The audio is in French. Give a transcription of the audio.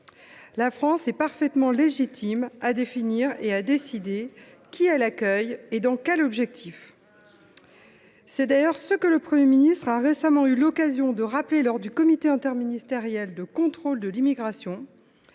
La France est parfaitement légitime à définir et à décider qui elle accueille et dans quel dessein. C’est d’ailleurs ce que le Premier ministre a récemment eu l’occasion de rappeler au sein du comité interministériel de contrôle de l’immigration